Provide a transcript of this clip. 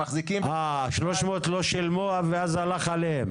מחזיקים --- 300 לא שילמו ואז הלך עליהם.